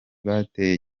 bateye